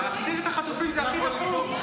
להחזיר את החטופים זה הכי דחוף.